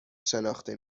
شناخته